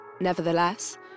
Nevertheless